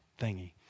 thingy